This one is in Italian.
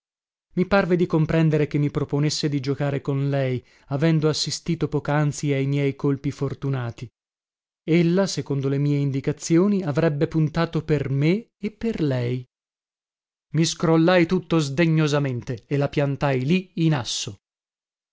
i parve di comprendere che mi proponesse di giocare con lei avendo assistito pocanzi ai miei colpi fortunati ella secondo le mie indicazioni avrebbe puntato per me e per lei i scrollai tutto sdegnosamente e la piantai lì in asso